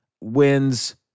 wins